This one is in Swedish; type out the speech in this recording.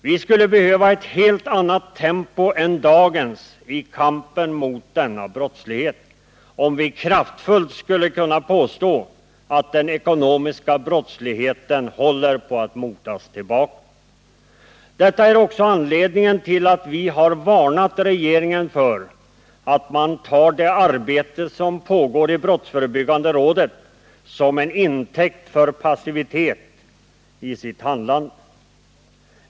Vi skulle behöva ett helt annat tempo än dagens i kampen mot denna brottslighet för att vi kraftfullt skulle kunna påstå att den ekonomiska brottsligheten håller på att motas tillbaka. Detta är också anledningen till att vi varnat regeringen för att man tar det arbete som pågår inom brottsförei byggande rådet som en intäkt för passivitet i sitt handlande.